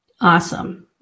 Awesome